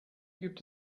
gibt